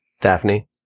Daphne